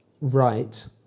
right